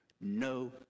no